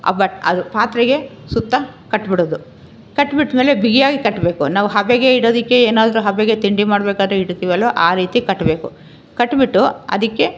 ಆ ಬಟ್ ಅದು ಪಾತ್ರೆಗೆ ಸುತ್ತ ಕಟ್ಬಿಡೋದು ಕಟ್ಟಿಬಿಟ್ಮೇಲೆ ಬಿಗಿಯಾಗಿ ಕಟ್ಟಬೇಕು ನಾವು ಹಬೆಗೆ ಇಡೋದಕ್ಕೆ ಏನಾದರೂ ಹಬೆಗೆ ತಿಂಡಿ ಮಾಡಬೇಕಾದ್ರೆ ಇಡ್ತೀವಲ್ವ ಆ ರೀತಿ ಕಟ್ಟಬೇಕು ಕಟ್ಬಿಟ್ಟು ಅದಕ್ಕೆ